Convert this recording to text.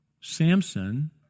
Samson